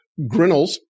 Grinnells